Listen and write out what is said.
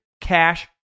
cash